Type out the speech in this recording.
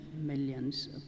millions